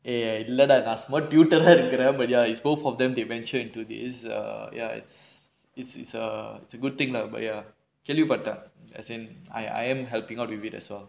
eh இல்லடா நா சும்மா:illada naa summa tutour ah இருக்குறேன்:irukkuraen but ya it's both of them they venture into this err ya it's it's it's a it's a good thing lah கேள்விப்பட்டேன்:kaelvipattaen as in I I am helping out with it as well